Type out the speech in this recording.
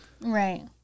Right